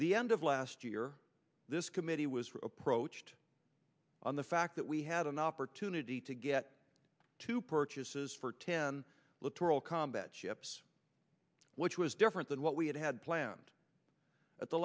the end of last year this committee was approached on the fact that we had an opportunity to get to purchases for ten littoral combat ships which was different than what we had had planned at the